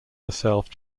herself